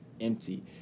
empty